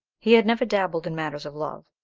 he had never dabbled in matters of love,